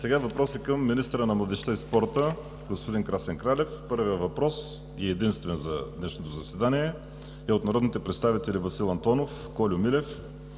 Сега – въпроси към министъра на младежта и спорта господин Красен Кралев. Първият и единствен въпрос за днешното заседание е от народните представители Васил Антонов, Кольо Милев,